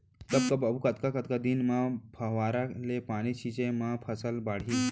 कब कब अऊ कतका कतका दिन म फव्वारा ले पानी छिंचे म फसल बाड़ही?